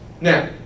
Now